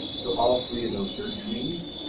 so all three of those search screens,